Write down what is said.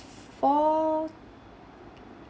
four